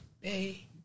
Hey